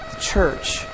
church